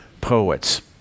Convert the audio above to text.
poets